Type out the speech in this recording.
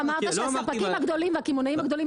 אתה אמרת שהספקים הגדולים והקמעונאים הגדולים